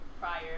prior